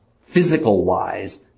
physical-wise